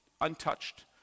untouched